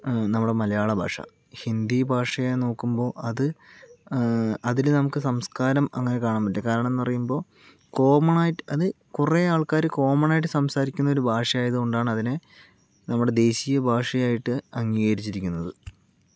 നമ്മുടെ മലയാളഭാഷ ഹിന്ദി ഭാഷയെ നോക്കുമ്പോൾ അത് അതില് നമുക്ക് സംസ്കാരം അങ്ങനെ കാണാൻ പറ്റില്ല കാരണം എന്ന് പറയുമ്പോ കോമൺ ആയിട്ട് അത് കുറേ ആൾക്കാര് കോമണ് ആയിട്ട് സംസാരിക്കുന്നൊരു ഭാഷയായത് കൊണ്ടാണ് അതിനെ നമ്മുടെ ദേശീയ ഭാഷയായിട്ട് അംഗീകരിച്ചിരിക്കുന്നത്